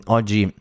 oggi